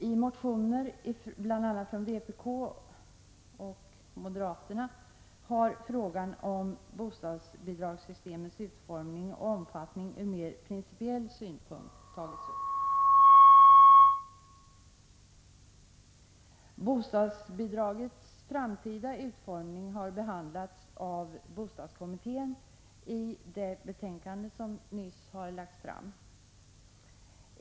I motioner bl.a. från vpk och moderaterna har frågan om bostadsbidragssystemets utformning och omfattning ur mer principiell synpunkt tagits upp. Bostadsbidragets framtida utformning har behandlats av bostadskommittén i det betänkande som nyss har lagts fram.